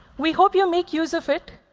we hope you make use of it.